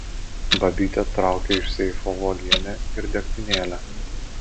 babytė traukia iš seifo uogienę ir degtinėlę